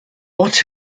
ort